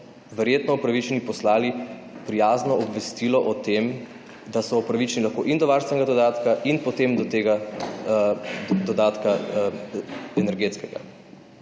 verjetno upravičeni, poslali prijazno obvestilo o tem, da so upravičeni lahko in do varstvenega dodatka in potem do tega dodatka, energetskega.